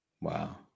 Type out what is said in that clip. wow